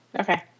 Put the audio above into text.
Okay